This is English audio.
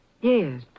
Yes